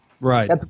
Right